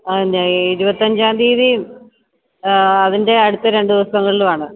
പിന്നെ ഇരുപത്തിയഞ്ചാം തിയതി അതിൻ്റെ അടുത്ത രണ്ടുദിവസങ്ങളിലും ആണ്